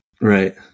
right